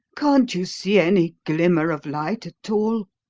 can't you see any glimmer of light at all?